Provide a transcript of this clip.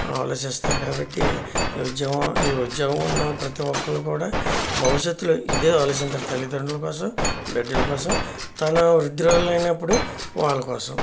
ఆలోచిస్తారు కాబట్టి ఈ ఉద్యోగం ఈ ఉద్యోగం ఉన్న ప్రతి ఒక్కరు కూడా భవిష్యత్తులో ఇదే ఆలోచిస్తారు తల్లిదండ్రుల కోసం బిడ్డల కోసం తను వృదురాళ్ళు అయినప్పడు వాళ్ళ కోసం